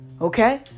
Okay